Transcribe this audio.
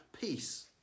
peace